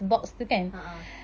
(uh huh)